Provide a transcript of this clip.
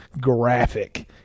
graphic